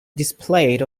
displayed